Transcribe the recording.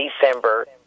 December